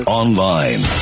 online